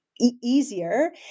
easier